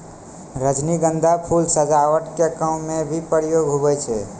रजनीगंधा फूल सजावट के काम मे भी प्रयोग हुवै छै